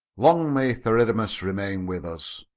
long may theridamas remain with us!